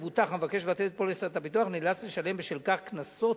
מבוטח המבקש לבטל את פוליסת הביטוח נאלץ לשלם בשל כך "קנסות"